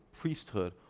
priesthood